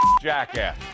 jackass